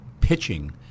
pitching